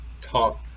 top